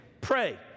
Pray